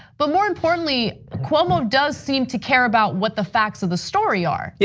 but more importantly, cuomo does seem to care about what the facts of the story are. yeah